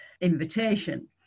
invitation